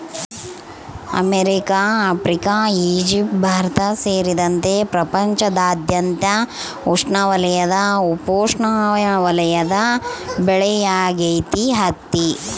America Africa Egypt Bharat ಸೇರಿದಂತೆ ಪ್ರಪಂಚದಾದ್ಯಂತ ಉಷ್ಣವಲಯದ ಉಪೋಷ್ಣವಲಯದ ಬೆಳೆಯಾಗೈತಿ ಹತ್ತಿ